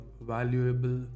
valuable